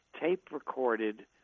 tape-recorded